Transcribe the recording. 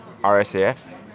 RSAF